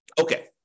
Okay